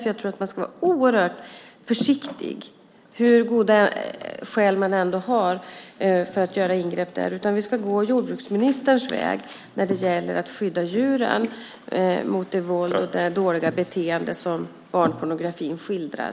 Jag tror att man ska vara oerhört försiktig med att göra ingrepp där, hur goda skäl man än har. Vi ska gå jordbruksministerns väg när det gäller att skydda djuren mot det våld och det dåliga beteende som barnpornografin skildrar.